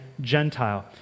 Gentile